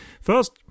First